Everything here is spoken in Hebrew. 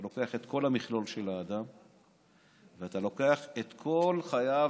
אתה לוקח את כל המכלול של האדם ואתה לוקח את כל חייו,